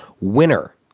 Winner